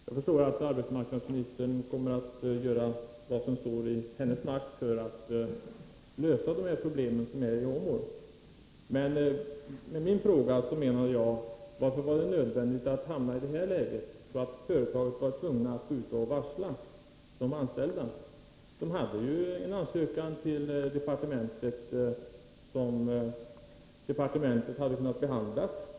Herr talman! Jag förstår att arbetsmarknadsministern kommer att göra vad som står i hennes makt för att lösa de problem som finns i Åmål. Men avsikten med min fråga var att få ett svar på varför det var nödvändigt att hamna i detta läge, så att företaget var tvunget att gå ut och varsla de anställda. Det fanns ju en ansökan till departementet, som departementet hade kunnat behandla.